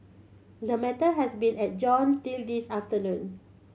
the matter has been adjourned till this afternoon